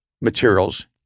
materials